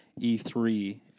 E3